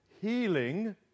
healing